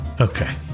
Okay